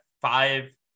five